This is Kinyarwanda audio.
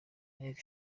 inteko